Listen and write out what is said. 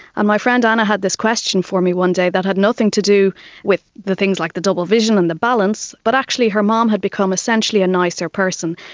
and my friend anna had this question for me one day that had nothing to do with the things like the double vision and the balance but actually her mum um had become essentially a nicer person.